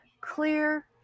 clear